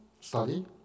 study